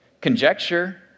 conjecture